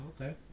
Okay